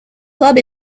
club